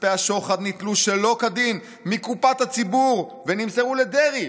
"כספי השוחד ניטלו שלא כדין מקופת הציבור ונמסרו לדרעי,